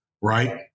Right